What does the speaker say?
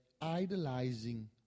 idolizing